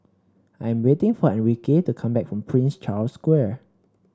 I'm waiting for Enrique to come back from Prince Charles Square